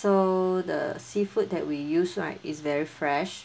so the seafood that we use right is very fresh